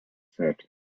said